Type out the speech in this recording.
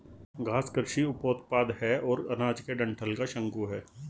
घास कृषि उपोत्पाद है और अनाज के डंठल का शंकु है